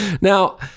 Now